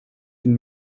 une